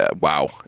wow